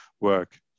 work